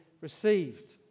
received